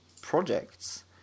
projects